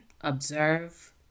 observe